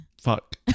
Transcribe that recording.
Fuck